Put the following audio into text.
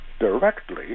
directly